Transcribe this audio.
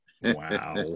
Wow